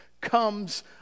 comes